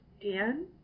Dan